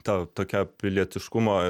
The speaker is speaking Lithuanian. ta tokia pilietiškumo